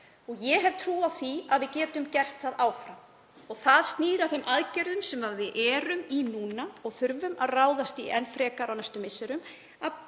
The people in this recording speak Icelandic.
Ég hef trú á því að við getum gert það áfram og það snýr að þeim aðgerðum sem við erum í núna og þurfum að ráðast í enn frekar á næstu misserum,